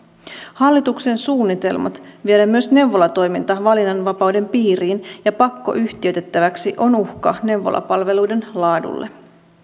hallituksen suunnitelmat viedä myös neuvolatoiminta valinnanvapauden piiriin ja pakkoyhtiöitettäväksi on uhka neuvolapalveluiden laadulle